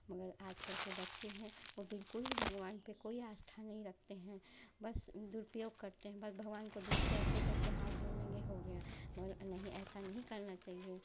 मगर आज कल के बच्चे हैं वे बिल्कुल ही भगवान पर कोई आस्था नहीं रखते हैं बस दुरुपयोग करते हैं बस भगवान को दूर से ऐसे करके हाथ जोड़ लेंगे हो गया मगर नहीं ऐसा नहीं करना चाहिए